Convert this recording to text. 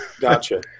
gotcha